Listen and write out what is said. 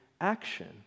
action